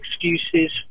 excuses